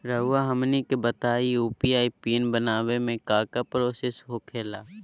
रहुआ हमनी के बताएं यू.पी.आई पिन बनाने में काका प्रोसेस हो खेला?